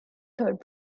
third